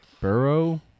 Burrow